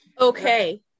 Okay